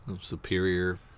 Superior